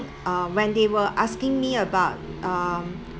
uh when they were asking me about um